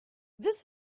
this